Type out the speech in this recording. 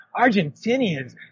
Argentinians